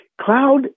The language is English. cloud